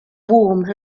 warm